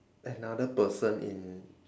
another person in